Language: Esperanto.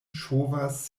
ŝovas